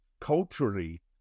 culturally